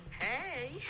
Hey